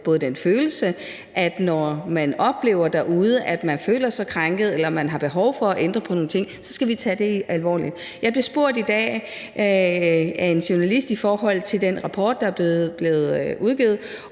har den følelse. Når man derude oplever, at man føler sig krænket, eller at man har behov for at ændre på nogle ting, så skal vi tage det alvorligt. Jeg blev spurgt i dag af en journalist i forhold til den rapport, der er blevet udgivet,